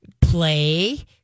play